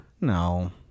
No